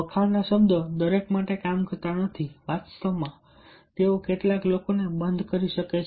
વખાણના શબ્દો દરેક માટે કામ કરતા નથી વાસ્તવમાં તેઓ કેટલાક લોકોને બંધ કરી શકે છે